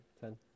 ten